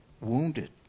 wounded